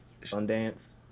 Sundance